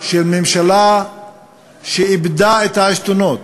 ממשלה שאיבדה את העשתונות,